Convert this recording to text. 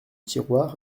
tiroir